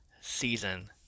season